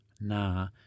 nah